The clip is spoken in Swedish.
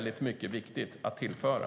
De har mycket viktigt att tillföra.